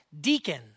deacon